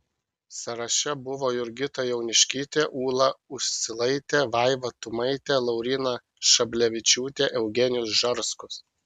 sąraše buvo jurgita jauniškytė ūla uscilaitė vaiva tumaitė lauryna šablevičiūtė eugenijus žarskus